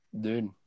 Dude